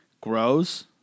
grows